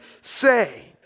say